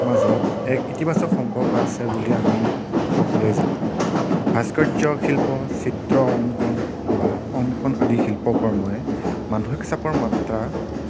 মাজত এক ইতিবাচক সম্পৰ্ক আছে বুলি আমি সকলোৱে জানো ভাস্কৰ্য শিল্প চিত্ৰ অংকণ বা অংকণ আদি শিল্প কৰ্মই মানসিক চাপৰ মাত্ৰা